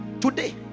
today